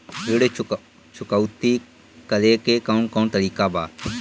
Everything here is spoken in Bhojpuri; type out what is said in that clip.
ऋण चुकौती करेके कौन कोन तरीका बा?